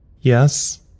Yes